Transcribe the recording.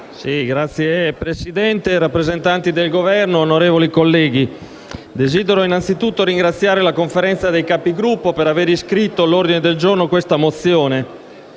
Signor Presidente, rappresentanti del Governo, onorevoli colleghi, desidero innanzitutto ringraziare la Conferenza dei Capigruppo per aver iscritto all'ordine del giorno questa mozione